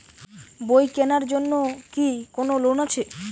বই কেনার জন্য কি কোন লোন আছে?